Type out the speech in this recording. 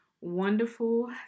wonderful